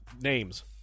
names